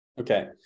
Okay